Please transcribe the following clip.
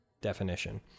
definition